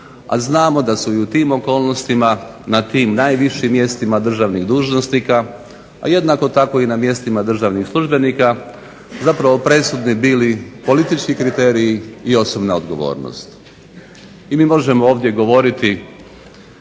a znamo da su i u tim okolnostima, na tim najvišim mjestima državnih dužnosnika a jednako tako i na mjestima državnih službenika zapravo presudni bili politički kriteriji i osobna odgovornost. I mi možemo ovdje govoriti